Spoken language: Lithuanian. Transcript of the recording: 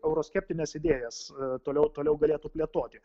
euroskeptines idėjas toliau toliau galėtų plėtoti